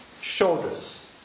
Shoulders